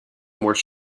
were